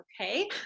okay